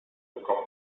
bekomme